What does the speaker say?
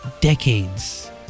decades